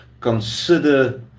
consider